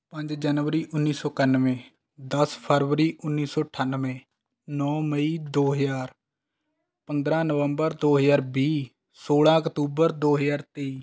ਪੰਜ ਜਨਵਰੀ ਉੱਨੀ ਸੌ ਇਕਾਨਵੇਂ ਦਸ ਫਰਵਰੀ ਉਨੀ ਸੌ ਅਠਾਨਵੇਂ ਨੌ ਮਈ ਦੋ ਹਜ਼ਾਰ ਪੰਦਰਾਂ ਨਵੰਬਰ ਦੋ ਹਜ਼ਾਰ ਵੀਹ ਸੌਲ੍ਹਾਂ ਅਕਤੂਬਰ ਦੋ ਹਜ਼ਾਰ ਤੇਈ